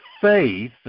faith